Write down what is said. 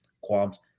qualms